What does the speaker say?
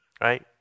right